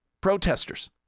protesters